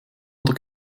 oder